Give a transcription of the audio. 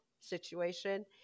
situation